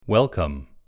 Welcome